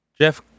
Jeff